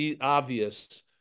obvious